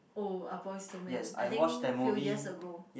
oh Ah Boys to Men I think few years ago